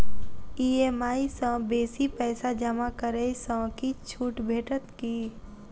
EMI सँ बेसी पैसा जमा करै सँ किछ छुट भेटत की?